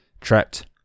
Trapped